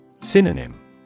Synonym